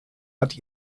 hat